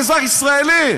כאזרח ישראלי.